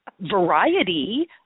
variety